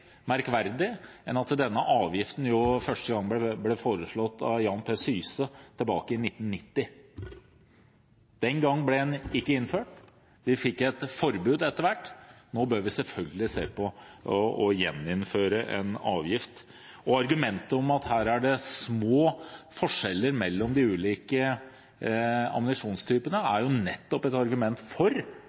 merkverdig enn at den første gang ble foreslått av Jan P. Syse tilbake i 1990. Den gang ble den ikke innført. Vi fikk et forbud etter hvert. Nå bør vi selvfølgelig se på å gjeninnføre en avgift. Argumentet om at her er det små forskjeller mellom de ulike ammunisjonstypene, er nettopp et argument for